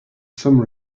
some